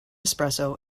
espresso